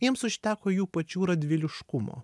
jiems užteko jų pačių radviliškumo